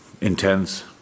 intense